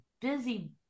busy